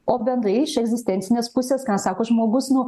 o bendrai iš egzistencinės pusės ką sako žmogus nu